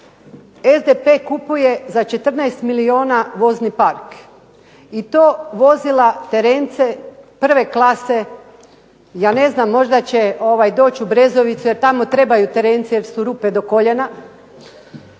SDP kupuje za 14 milijuna vozni park i to vozila terence prve klase, ja ne znam možda će doći u Brezovicu jer tamo trebaju terenci jer su rupe do koljena